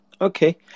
Okay